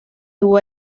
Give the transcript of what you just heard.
dur